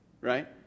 right